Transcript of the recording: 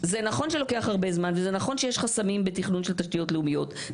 נכון שיש חסמים בתכנון של תשתיות לאומיות,